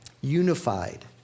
Unified